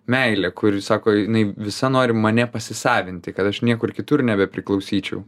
meilę kuri sako jinai visa nori mane pasisavinti kad aš niekur kitur nebepriklausyčiau